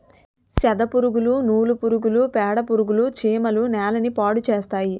సెదపురుగులు నూలు పురుగులు పేడపురుగులు చీమలు నేలని పాడుచేస్తాయి